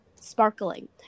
sparkling